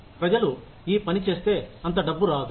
ప్రజలు ఈ పని చేస్తే అంత డబ్బు రాదు